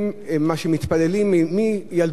מה שמתפללים מילדות,